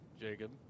Jacob